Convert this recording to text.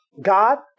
God